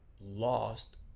lost